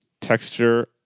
texture